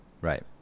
Right